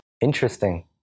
Interesting